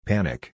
Panic